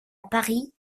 paris